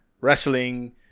wrestling